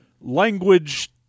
language